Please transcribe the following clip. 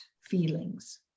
feelings